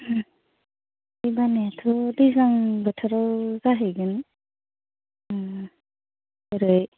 दैबानायाथ' दैज्लां बोथोराव जाहैगोन जेरै